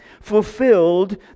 fulfilled